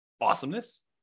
Awesomeness